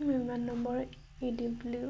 মই বিমান নম্বৰ ই ডব্লিউ